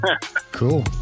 cool